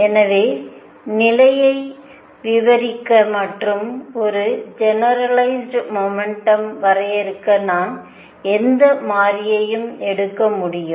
எனவே நிலையை விவரிக்க மற்றும் ஒரு ஜெனரலைஸ்டு மொமெண்டம் வரையறுக்க நான் எந்த மாறியையும் எடுக்க முடியும்